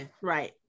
right